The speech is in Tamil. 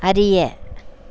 அறிய